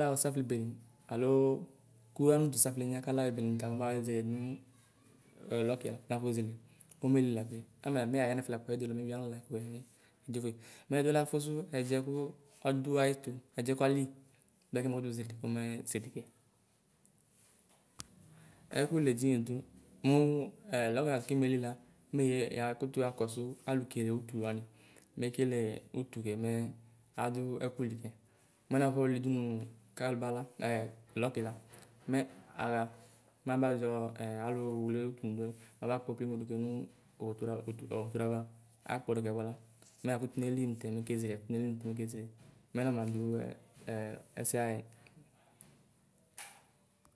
alayɔ saflɩ bɛnɛ alɔ kɔ anʋ tɔ saflɛ lɛnʋa ɛbɛnɛ nɔtababa yɛzɛlɛ nɔ ɛ lɔkʋa na ɛbɛnɛ nɔtababa yɛzɛlɛ nɔ ɛ lɔkʋa nafɔzɛlɛ ɔmɛlɛ lakʋɛ amɛ nɔ yayʋ nɛfɛ la ɩdɔ la mɛwɩɛ amɛ. Lakɔɛ mɛ yɛdzɔfʋɛ mɛ ɛdɔla fɔsɔ ɛɖɩɛ kʋ ɔdʋ ayɛtɔ ɛɖɩɛ kɔ alɩyʋ mɛkɛ makɔtʋ kɛmɛ zɛlɛ kɛ ɛkɔlʋ ɛdɩmɛ dɩ mɔ ɛɛ lɔkʋ la kɩmɛlɩ la yakɔtʋ yakɔsɔ alʋ kɛlɛ ʋtʋmɔ wanɩ mɛkɛlɛ ʋtɔkɛ mɛ adɔ ɛkʋlɩ kɛ mɔ ɛnafɔlɩ dʋnʋ kadɔbala ɛɛ lɔkɩla mɛ axa mazɔ ɛɛ alɔwlɛ ʋtɔnʋ dɔɛ mabakpɔ plɛgɔ dʋkɛ nɔ hɔtrɔnɔ hɔtrɔɛava akpɔ dɔ kɛ bʋala mɛ yakɔtɔ nɛlɩ ntɛ mɛzɛlɛ mɛ namadɔ ɛɛ ɛsɛxa yɛ.